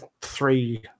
three